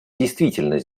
действительно